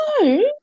no